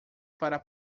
para